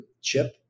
Chip